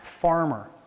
farmer